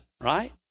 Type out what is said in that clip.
right